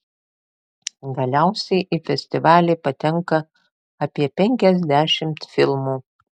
galiausiai į festivalį patenka apie penkiasdešimt filmų